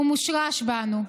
והוא מושרש בנו.